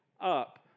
up